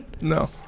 No